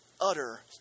utter